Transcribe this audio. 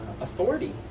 authority